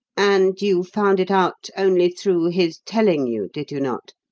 and you found it out only through his telling you, did you not?